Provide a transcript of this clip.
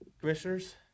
Commissioners